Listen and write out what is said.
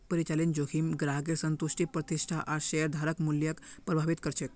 परिचालन जोखिम ग्राहकेर संतुष्टि प्रतिष्ठा आर शेयरधारक मूल्यक प्रभावित कर छेक